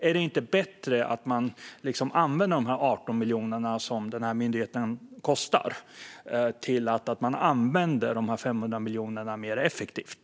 Är det inte bättre att man använder de 18 miljoner som myndigheten kostar till att använda de här 500 miljonerna mer effektivt?